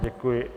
Děkuji.